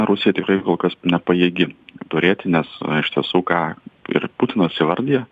rusija tikrai kol kas nepajėgi turėti nes iš tiesų ką ir putinas įvardija